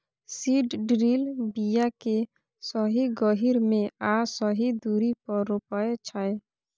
seed drill बीया केँ सही गहीर मे आ सही दुरी पर रोपय छै